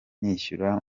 nishyura